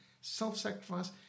self-sacrifice